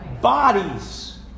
bodies